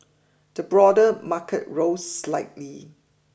the broader market rose slightly